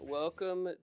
welcome